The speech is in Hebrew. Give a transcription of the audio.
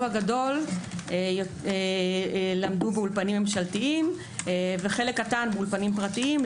הגדול למדו באולפנים ממשלתיים וחלק קטן באולפנים פרטיים,